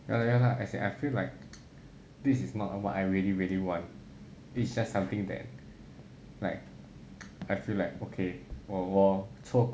ya lah ya lah as in I feel like this is not what I really really want this is just something that like I feel like okay 我我错